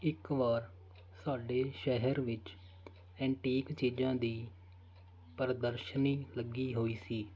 ਇੱਕ ਵਾਰ ਸਾਡੇ ਸ਼ਹਿਰ ਵਿੱਚ ਇਨਟੀਕ ਚੀਜ਼ਾਂ ਦੀ ਪ੍ਰਦਰਸ਼ਨੀ ਲੱਗੀ ਹੋਈ ਸੀ